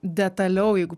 detaliau jeigu